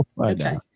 Okay